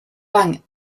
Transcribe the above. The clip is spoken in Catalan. banc